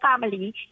family